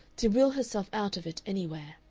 to will herself out of it anywhere.